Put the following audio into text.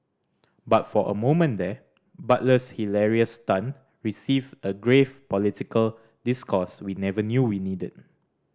but for a moment there Butler's hilarious stunt received a grave political discourse we never knew we needed